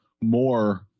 more